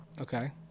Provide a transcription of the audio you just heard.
Okay